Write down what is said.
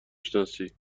شناسی